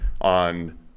on